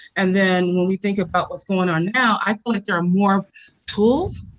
and then when we think about what's going on now, i feel like there are more tools